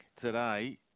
today